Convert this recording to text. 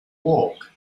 walk